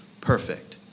perfect